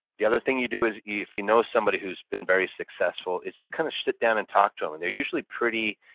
the other thing you do is if you know somebody who's been very successful, it's just kind of sit down and talk to them and they're usually pretty